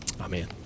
Amen